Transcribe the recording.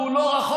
והוא לא רחוק,